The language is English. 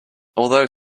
although